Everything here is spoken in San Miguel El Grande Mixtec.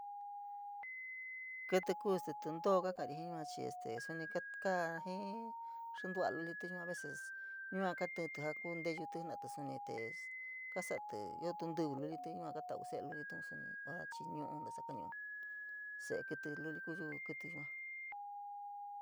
Kítí kuu este tintoo a kaa ka’ari jii yua chii este suni ka kaa jiii stua’a lulití yua a veces yua katíntí nteyutí yua kaa suni te kasatí ioo ntíví luliti yua kaa tauu se’e lulití suni ma chii ñu’u ntasa kañu’u, se’e kítí luli ku yuu kítí yua.